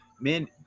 man